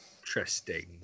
Interesting